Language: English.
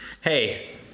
hey